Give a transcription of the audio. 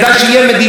על אבו מאזן,